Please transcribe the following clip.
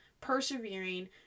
persevering